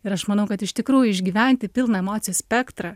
ir aš manau kad iš tikrųjų išgyventi pilną emocijų spektrą